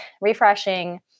refreshing